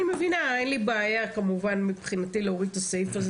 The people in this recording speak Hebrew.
אני מבינה ואין לי בעיה להוריד את הסעיף הזה.